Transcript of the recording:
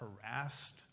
harassed